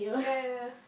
yeah yeah yeah